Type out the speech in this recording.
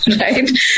right